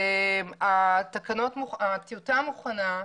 הטיוטה מוכנה,